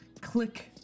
Click